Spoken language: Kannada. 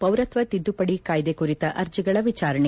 ಪೌರತ್ವ ತಿದ್ದುಪದಿ ಕಾಯ್ದೆ ಕುರಿತ ಅರ್ಜಿಗಳ ವಿಚಾರಣೆ